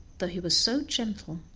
though he was so gentle,